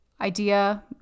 idea